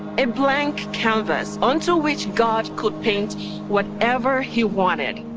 a blank canvas. onto which god could paint whatever he wanted.